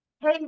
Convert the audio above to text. Hey